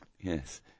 Yes